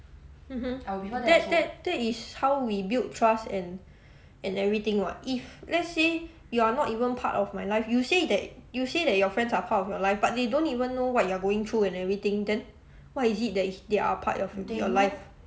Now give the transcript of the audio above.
mmhmm that that that is how we build trust and and everything [what] if let's say you are not even part of my life you say that you say that your friends are part of your life but they don't even know what you are going through and everything then what is it that is that they are part of your life